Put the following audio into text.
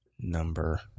number